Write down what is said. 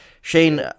Shane